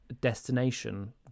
destination